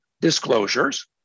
disclosures